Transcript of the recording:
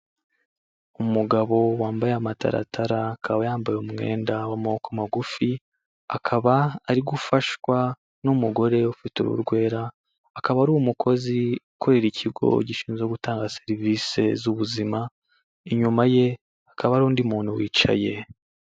Umugabo wambaye amataratara, akaba yambaye umwenda w'amaboko magufi, akaba ari gufashwa n'umugore ufite uruhu rwera, akaba ari umukozi ukorera ikigo gishinzwe gutanga serivisi z'ubuzima, inyuma ye hakaba hari undi muntu wicaye.